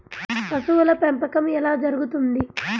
పశువుల పెంపకం ఎలా జరుగుతుంది?